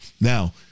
Now